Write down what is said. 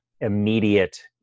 immediate